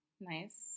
Nice